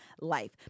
life